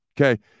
Okay